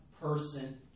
person